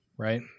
Right